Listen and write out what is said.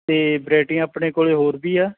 ਅਤੇ ਵਰਾਇਟੀਆਂ ਆਪਣੇ ਕੋਲ ਹੋਰ ਵੀ ਆ